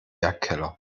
werkkeller